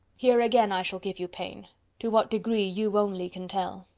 here again i shall give you pain to what degree you only can tell.